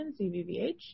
CVVH